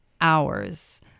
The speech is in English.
hours